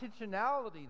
intentionality